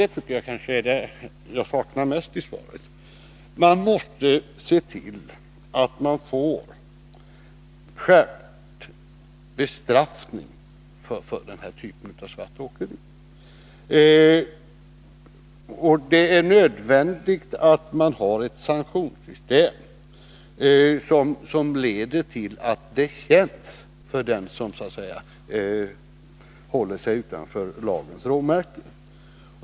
Men -— och det kanske jag saknar mest i svaret — man måste se till att bestraffningen skärps för den här typen av svartåkeri. Det är nödvändigt att ha ett sanktionssystem som är kännbart för den som håller sig utanför lagens råmärken.